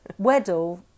Weddle